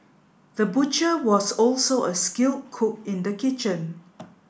the butcher was also a skilled cook in the kitchen